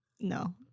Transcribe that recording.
No